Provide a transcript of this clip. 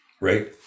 Right